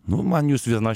nu man jūs viena